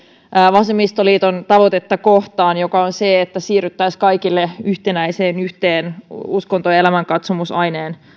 vasemmistoliiton tavoitetta kohtaan joka on se että siirryttäisiin yhden kaikille yhtenäisen yhtenäisen uskonto ja elämänkatsomusaineen